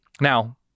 now